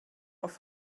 auf